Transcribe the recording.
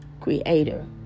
creator